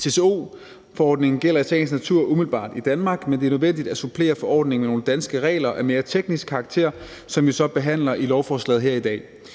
TCO-forordningen gælder i sagens natur umiddelbart i Danmark, men det er nødvendigt at supplere forordningen med nogle danske regler af mere teknisk karakter, som vi så behandler i lovforslaget her i dag.